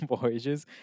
voyages